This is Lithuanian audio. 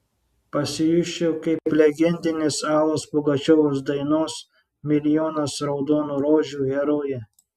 pasijusčiau kaip legendinės alos pugačiovos dainos milijonas raudonų rožių herojė